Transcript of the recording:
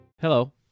Hello